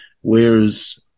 whereas